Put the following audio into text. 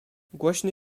głośny